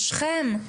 שכם.